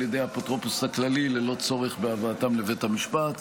ידי האפוטרופוס הכללי ללא צורך בהבאתן לבית המשפט.